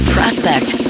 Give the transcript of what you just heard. Prospect